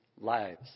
lives